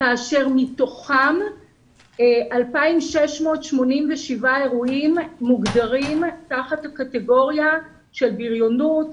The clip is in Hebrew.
כאשר מתוכם 2,687 אירועים מוגדרים תחת הקטגוריה של בריונות,